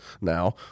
now